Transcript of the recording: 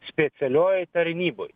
specialiojoj tarnyboj